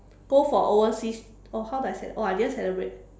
go for overseas oh how do I cele~ oh I didn't celebrate